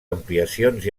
ampliacions